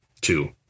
two